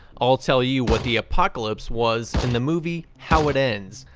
i'll tell you what the apocalypse was in the movie, how it ends,